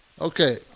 Okay